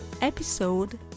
episode